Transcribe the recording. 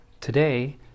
Today